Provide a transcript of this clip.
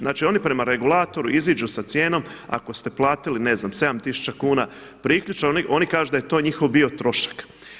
Znači oni prema regulatoru iziđu sa cijenom ako ste platili ne znam 7000 kuna priključak, oni kažu da je to njihov bio trošak.